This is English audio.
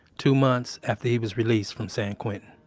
two months after he was released from san quentin